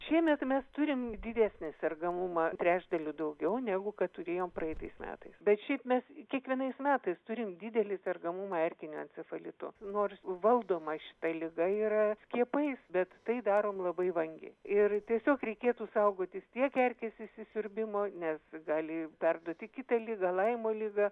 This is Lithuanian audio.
šiemet mes turim didesnį sergamumą trečdaliu daugiau negu kad turėjom praeitais metais bet šiaip mes kiekvienais metais turim didelį sergamumą erkiniu encefalitu nors valdoma šita liga yra skiepais bet tai darom labai vangiai ir tiesiog reikėtų saugotis tiek erkės įsisiurbimo nes gali perduoti kitą ligą laimo ligą